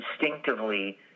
instinctively